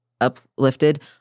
uplifted